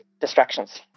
distractions